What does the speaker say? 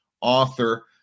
author